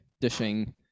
dishing